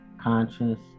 conscious